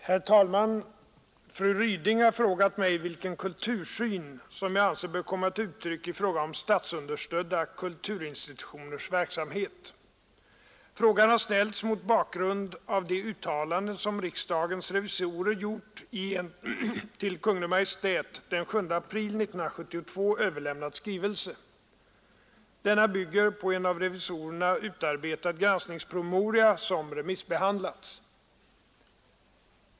Herr talman! Fru Ryding har frågat mig vilken kultursyn som jag anser bör komma till uttryck i fråga om statsunderstödda kulturinstitutioners verksamhet. Frågan har ställts mot bakgrund av de uttalanden som riksdagens revisorer gjort i en till Kungl. Maj:t den 7 april 1972 överlämnad skrivelse. Denna bygger på en av revisorerna utarbetad granskningspromemoria som remissbehandlats.